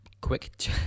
quick